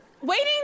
Waiting